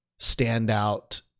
standout